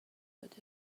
تولدش